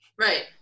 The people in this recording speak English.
Right